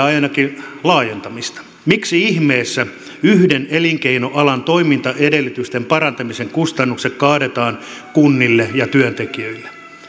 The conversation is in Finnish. ainakin laajentamista miksi ihmeessä yhden elinkeinoalan toimintaedellytysten parantamisen kustannukset kaadetaan kunnille ja työntekijöille